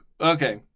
Okay